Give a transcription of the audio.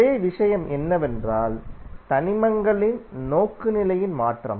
ஒரே விஷயம் என்னவென்றால் தனிமங்களின் நோக்குநிலையின் மாற்றம்